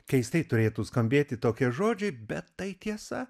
keistai turėtų skambėti tokie žodžiai bet tai tiesa